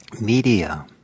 media